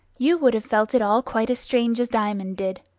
you would have felt it all quite as strange as diamond did.